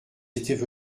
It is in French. étaient